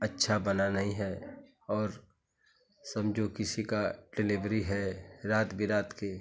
अच्छा बना नहीं है और समझो किसी की डेलीवरी है रात बिरात को